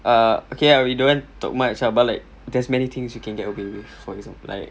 ah okay ah we don't want talk much ah but like there's many things you can get away with for example like